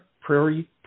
Prairie